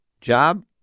job